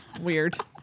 Weird